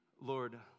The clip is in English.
Lord